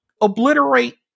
obliterate